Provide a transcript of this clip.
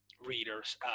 readers